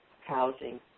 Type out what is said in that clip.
housing